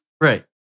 right